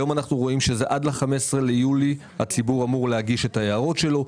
היום אנחנו רואים שזה עד ה-15 ביולי הציבור אמור להגיש את ההערות שלו.